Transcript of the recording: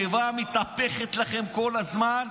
הקיבה מתהפכת לכם כל הזמן.